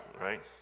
right